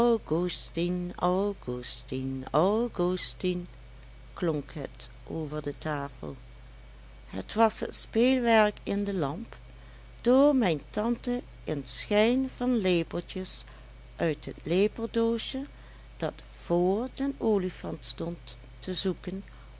augustin augustin augustin klonk het over de tafel het was het speelwerk in de lamp door mijn tante in schijn van lepeltjes uit het lepeldoosje dat vr den olifant stond te zoeken